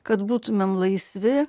kad būtumėm laisvi